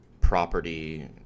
property